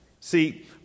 See